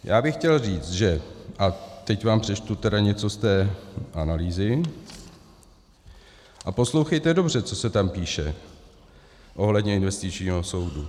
Já bych chtěl říci, že a teď vám přečtu tedy něco z té analýzy, a poslouchejte dobře, co se tam píše ohledně investičního soudu.